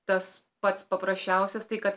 tas pats paprasčiausias tai kad